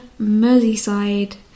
Merseyside